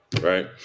right